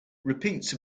repeats